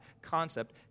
concept